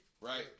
right